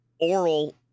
Oral